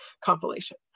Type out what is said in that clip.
compilation